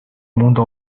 monde